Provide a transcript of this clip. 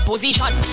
Position